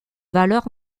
valeurs